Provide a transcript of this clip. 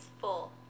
full